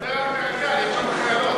דבר על קרקל, יש שם חיילות.